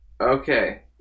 Okay